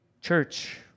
Church